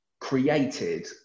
created